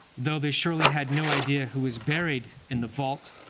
though they surely had no idea who was buried in the vault,